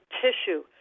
tissue